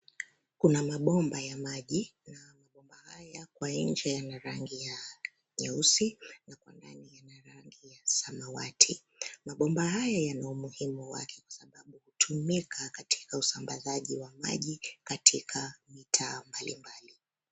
Kuna mabomba ya maji, na mabomba haya kwa nje yana rangi ya nyeusi, na kwa ndani yana rangi ya samawati. Mabomba haya yana umuhimu wake kwa sababu hutumika katika usambazaji wa maji katika mitaa mbalimbali.